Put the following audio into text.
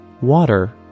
water